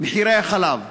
מחירי החלב.